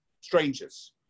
strangers